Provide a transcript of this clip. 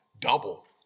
double